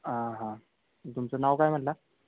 आं हां तुमचं नाव काय म्हणाला